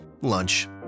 Lunch